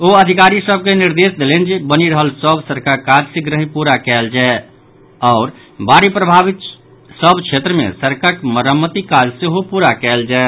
ओ अधिकरी सभ के निर्देश देलनि जे बनि रहल सभ सड़कक काज शीघ्रहि पूरा कयल जाय संगहि बाढ़ि प्रभावित सभ क्षेत्र मे सड़कक मरम्मति काज सेहो पूरा कयल जाय